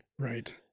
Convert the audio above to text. Right